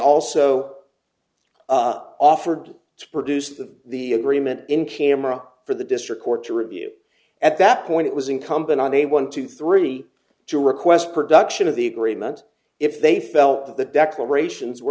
also offered to produce the the agreement in camera for the district court to review at that point it was incumbent on a one to three to request production of the agreement if they felt that the declarations were